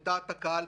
עם דעת הקהל.